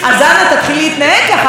תפסיק לנסות לשלוט בתקשורת,